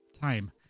Time